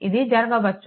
ఇది జరగవచ్చు